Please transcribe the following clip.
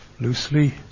loosely